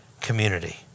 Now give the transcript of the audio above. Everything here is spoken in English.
community